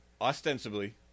Ostensibly